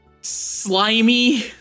slimy